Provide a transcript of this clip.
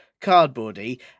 cardboardy